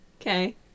Okay